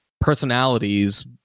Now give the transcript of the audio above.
personalities